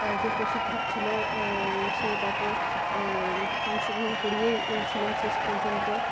তার যে প্রশিক্ষক ছিলো সে তাকে অংশগ্রহণ করিয়েই ছিলেন শেষ পর্যন্ত